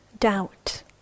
doubt